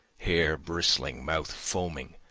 hair bristling, mouth foaming,